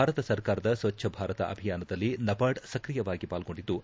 ಭಾರತ ಸರ್ಕಾರದ ಸ್ವಚ್ದ ಭಾರತ ಅಭಿಯಾನದಲ್ಲಿ ನಬಾರ್ಡ್ ಸಕ್ರಿಯವಾಗಿ ಪಾಲ್ಗೊಂಡಿದ್ದು